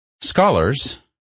Scholars